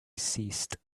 ceased